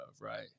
right